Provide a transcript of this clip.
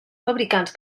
fabricants